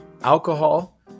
alcohol